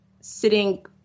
sitting